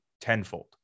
tenfold